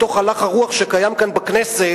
מתוך הלך הרוח שקיים כאן בכנסת,